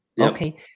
Okay